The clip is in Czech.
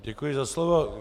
Děkuji za slovo.